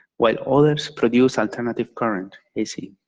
while others produce alternative current, ac.